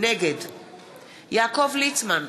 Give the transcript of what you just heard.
נגד יעקב ליצמן,